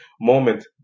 moment